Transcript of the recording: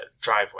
driveway